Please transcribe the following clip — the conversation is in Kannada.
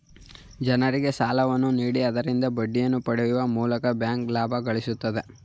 ಜನರಿಗೆ ಸಾಲವನ್ನು ನೀಡಿ ಆದರಿಂದ ಬಡ್ಡಿಯನ್ನು ಪಡೆಯುವ ಮೂಲಕ ಬ್ಯಾಂಕ್ ಲಾಭ ಗಳಿಸುತ್ತದೆ